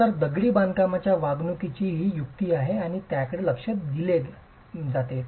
तर दगडी बांधकामाच्या वागणुकीची ही युक्ती आहे आणि त्याकडे लक्ष दिले जाते